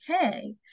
okay